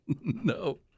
No